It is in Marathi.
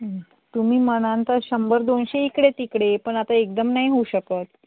तुम्ही म्हणाल तर शंभर दोनशे इकडे तिकडे पण आता एकदम नाही होऊ शकत